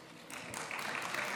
אני,